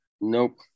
Nope